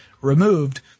removed